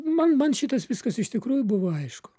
man man šitas viskas iš tikrųjų buvo aišku